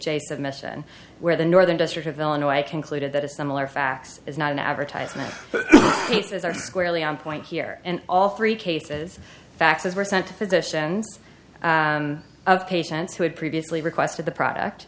michigan where the northern district of illinois concluded that a similar fax is not an advertisement but cases are squarely on point here and all three cases faxes were sent to physicians of patients who had previously requested the product